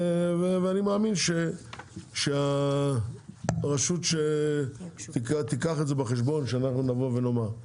ואני מאמין שהרשות שתיקח את זה בחשבון שאנחנו נבוא ונאמר.